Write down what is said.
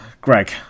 Greg